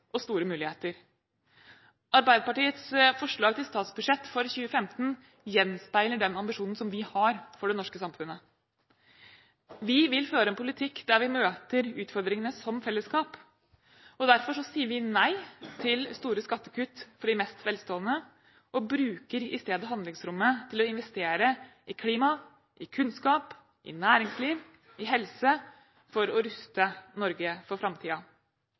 og store muligheter. Arbeiderpartiets forslag til statsbudsjett for 2015 gjenspeiler den ambisjonen som vi har for det norske samfunnet. Vi vil føre en politikk der vi møter utfordringene som fellesskap. Derfor sier vi nei til store skattekutt for de mest velstående, og bruker i stedet handlingsrommet til å investere i klima, i kunnskap, i næringsliv og i helse for å ruste Norge for